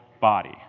body